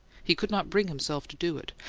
he could not bring himself to do it,